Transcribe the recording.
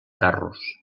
carros